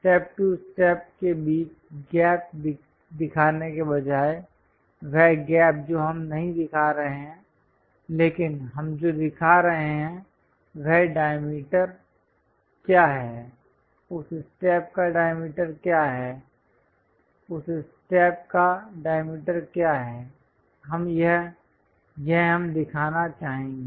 step to step के बीच gap दिखाने के बजाय वह गैप जो हम नहीं दिखा रहे हैं लेकिन हम जो दिखा रहे हैं वह डायमीटर क्या है उस स्टेप का डायमीटर क्या है उस स्टेप का डायमीटर क्या है यह हम दिखाना चाहेंगे